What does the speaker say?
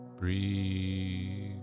breathe